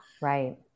Right